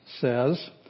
says